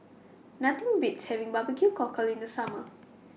Nothing Beats having Barbecue Cockle in The Summer